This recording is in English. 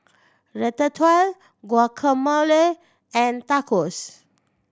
Ratatouille Guacamole and Tacos